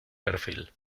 perfil